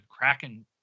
Kraken